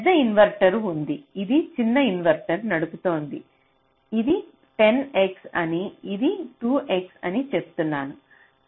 పెద్ద ఇన్వర్టర్ ఉంది ఇది చిన్న ఇన్వర్టర్ నడుపుతోంది ఇది 10 X అని ఇది 2 X అని చెప్తున్నాను